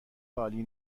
عالی